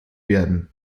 werden